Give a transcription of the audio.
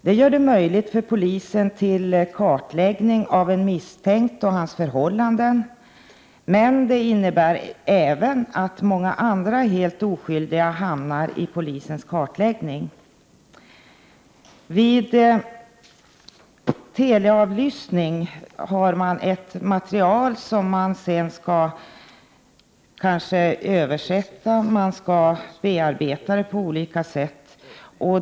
Detta gör det möjligt för polisen att kartlägga en misstänkt och hans förhållanden, men det innebär också att många andra, helt oskyldiga hamnar i polisens kartläggning. Vid teleavlyssning finns det ett material som sedan skall översättas och bearbetas på olika sätt.